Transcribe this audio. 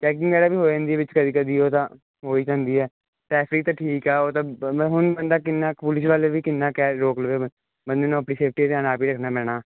checking ਵਗੈਰਾ ਵੀ ਹੋ ਜਾਂਦੀ ਵਿੱਚ ਕਦੀ ਕਦੀ ਉਹ ਤਾਂ ਹੋਈ ਜਾਂਦੀ ਹੈ ਟ੍ਰੈਫਿਕ ਤਾਂ ਠੀਕ ਆ ਉਹ ਤਾਂ ਮੈਂ ਹੁਣ ਬੰਦਾ ਕਿੰਨਾ ਕੂਲਜ ਵਾਲੇ ਵੀ ਕਿੰਨਾ ਕੈਜ਼ ਰੋਕ ਲਵੇ ਬੰਦੇ ਨੂੰ ਆਪਣੀ ਸੇਫਟੀ ਦਾ ਧਿਆਨ ਆਪ ਹੀ ਰਖਣਾ ਪੈਣਾ